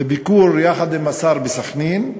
בביקור עם השר בסח'נין,